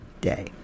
day